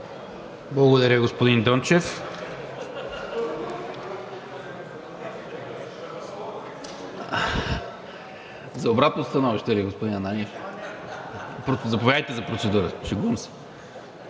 Благодаря, господин Дончев. За обратно становище ли, господин Ананиев? Заповядайте за процедура. НАСТИМИР